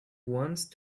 once